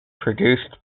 produced